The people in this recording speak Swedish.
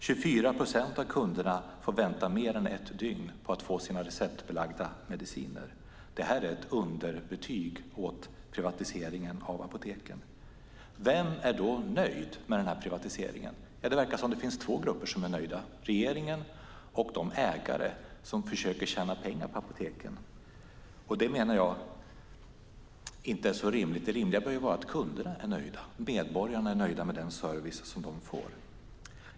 24 procent av kunderna får vänta mer än ett dygn på att få sina receptbelagda mediciner. Det här är ett underbetyg åt privatiseringen av apoteken. Vem är då nöjd med den här privatiseringen? Det verkar som om det finns två grupper som är nöjda: regeringen och de ägare som försöker tjäna pengar på apoteken. Jag menar att det inte är så rimligt, utan det rimliga bör vara att kunderna och medborgarna är nöjda med den service som de får.